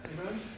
Amen